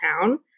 town